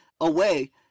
away